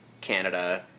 Canada